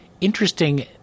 interesting